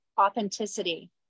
authenticity